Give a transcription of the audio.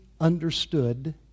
understood